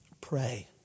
Pray